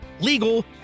legal